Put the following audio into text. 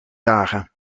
dagen